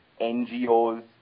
NGOs